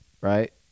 Right